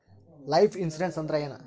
Life insurance ಅಂದ್ರ ಏನ?